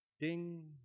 Ding